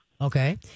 Okay